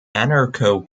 anarcho